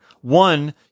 One